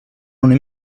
una